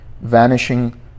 vanishing